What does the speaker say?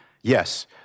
Yes